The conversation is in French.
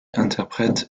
interprètent